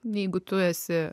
jeigu tu esi